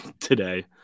today